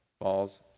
falls